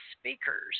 speakers